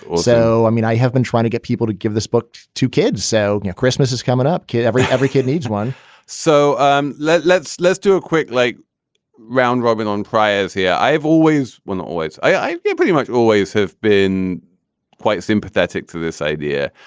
so, i mean, i have been trying to get people to give this book to kids. so, you know, christmas is coming up, kid. every every kid needs one so um let let's let's do a quick like round robin on prize here. i've always one always i pretty much always have been quite sympathetic to this idea,